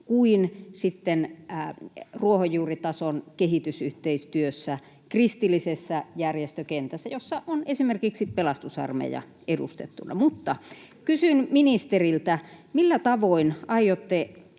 kuin ruohonjuuritason kehitysyhteistyössä kristillisessä järjestökentässä, jossa on esimerkiksi Pelastusarmeija edustettuna. Mutta kysyn ministeriltä: millä tavoin aiotte